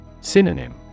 Synonym